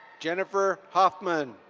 jennifer hawkman.